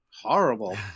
horrible